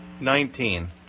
Nineteen